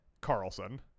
Carlson